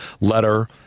letter